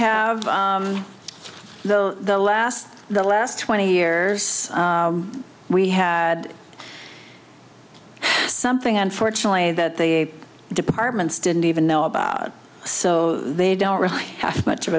have the last the last twenty years we had something unfortunately that the departments didn't even know about so they don't really have much of